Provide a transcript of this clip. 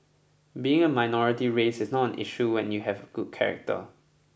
being a minority race is not an issue when you have good character